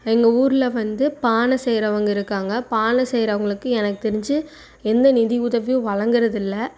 எங்கள் ஊரில் வந்து பானை செய்யறவங்க இருக்காங்க பானை செய்றவங்களுக்கு எனக் தெரிஞ்சு எந்த நிதி உதவியும் வழங்கறதில்லை